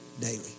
daily